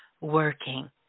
working